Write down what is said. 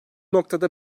noktada